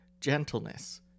gentleness